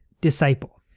Disciple